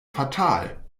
fatal